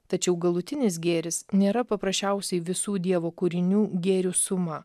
tačiau galutinis gėris nėra paprasčiausiai visų dievo kūrinių gėrių suma